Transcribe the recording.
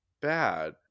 bad